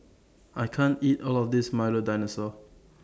I can't eat All of This Milo Dinosaur